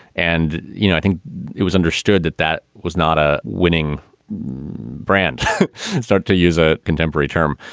and, you know, i think it was understood that that was not a winning brand and start to use a contemporary term.